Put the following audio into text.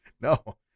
No